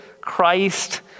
Christ